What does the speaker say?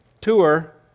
tour